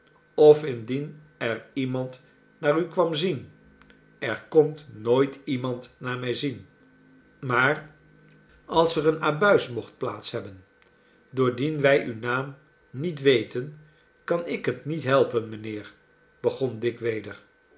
of indien er iemand naar u kwam zien er komt nooit iemand naar mij zien maar als er een abuis mocht plaats hebben doordien wij uw naam niet weten kan ik het niet helpen mijnheer begon dick weder